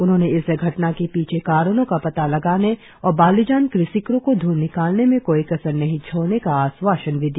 उन्होंने इस घटना के पीछे के कारणों का पता लगाने और बालिजन क्रिसिकरों को ढ़ंढ निकालने में कोई कसर नहीं छोड़ने का आश्वासन भी दिया